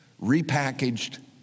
repackaged